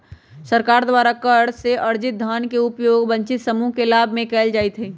सरकार द्वारा कर से अरजित धन के उपयोग वंचित समूह के लाभ में कयल जाईत् हइ